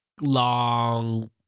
long